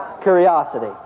curiosity